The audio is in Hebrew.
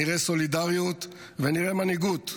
נראה סולידריות ונראה מנהיגות.